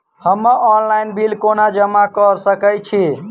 हम्मर online bill कोना जमा कऽ सकय छी?